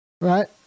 right